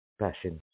passion